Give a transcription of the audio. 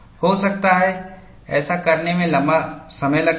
हो सकता है ऐसा करने में लंबा समय लग जाए